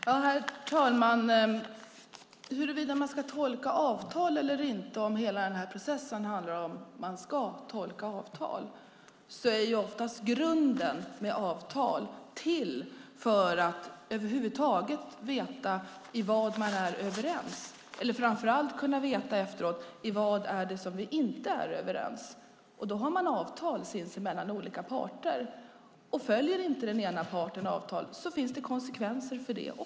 Herr talman! När det gäller huruvida man ska tolka avtal eller inte om hela denna process handlar om att tolka avtal är ju oftast avtal i grunden till för att man över huvud taget ska veta vad man är överens om och framför allt vad man inte är överens om. Därför har parter avtal sinsemellan, och följer inte den ena parten avtalet finns det konsekvenser för det.